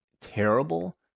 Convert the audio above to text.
terrible